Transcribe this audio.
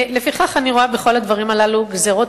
לפיכך אני רואה בכל הדברים הללו גזירות